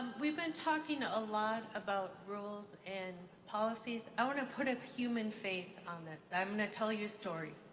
we've been talking a a lot about rules and policies. i want to put a human face on this. i'm going to tell you a story.